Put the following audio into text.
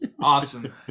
Awesome